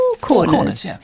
corners